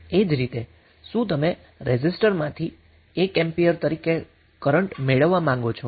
એ જ રીતે શું તમે રેઝિસ્ટર માથી 1 એમ્પીયર તરીકે કરન્ટ મેળવવા માંગો છો